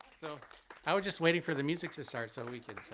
so i was just waiting for the music to start so we can.